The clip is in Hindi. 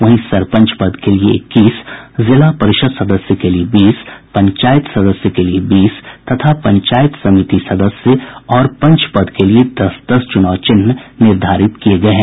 वहीं सरपंच पद के लिए इक्कीस जिला परिषद सदस्य के लिए बीस पंचायत सदस्य के लिए बीस तथा पंचायत समिति सदस्य और पंच पद के लिए दस दस चुनाव चिन्ह निर्धारित किये गये हैं